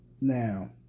now